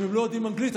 הם לא יודעים אנגלית,